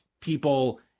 people